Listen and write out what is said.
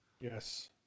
Yes